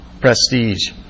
prestige